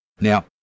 Now